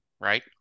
right